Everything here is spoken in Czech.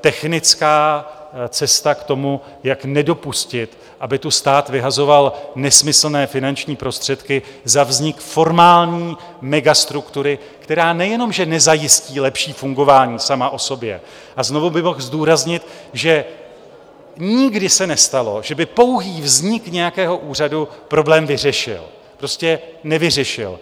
technická cesta k tomu, jak nedopustit, aby stát vyhazoval nesmyslné finanční prostředky za vznik formální megastruktury, která nejenom že nezajistí lepší fungování sama o sobě, a znovu bych mohl zdůraznit, že nikdy se nestalo, že by pouhý vznik nějakého úřadu problém vyřešil prostě nevyřešil.